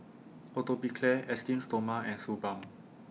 Atopiclair Esteem Stoma and Suu Balm